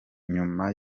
nyuma